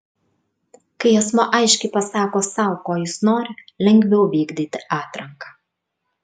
kai asmuo aiškiai pasako sau ko jis nori lengviau vykdyti atranką